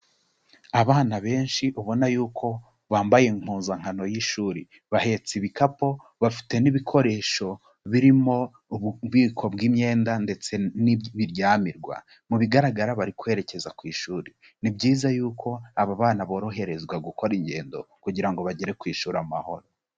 Abana benshi ubona yuko bambaye impuzankano y'ishuri, bahetse ibikapu, bafite n'ibikoresho birimo ububiko bw'imyenda ndetse n'ibiryamirwa, mu bigaragara bari kwerekeza ku ishuri. Ni byiza yuko abo bana boroherezwa gukora ingendo kugira ngo bagere ku ishuri amahoro.